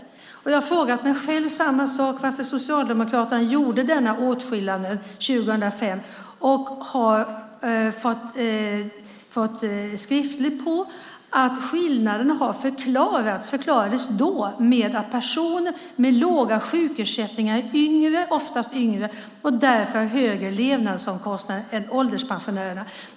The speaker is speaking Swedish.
Jag har också frågat mig själv samma sak: Varför gjorde Socialdemokraterna denna åtskillnad 2005? Och jag har fått skriftligt på att skillnaden då förklarades med att personer med låga sjukersättningar oftast är yngre och därför har högre levnadsomkostnader än ålderspensionärerna.